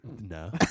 No